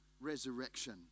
resurrection